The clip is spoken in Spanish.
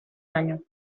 año